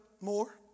more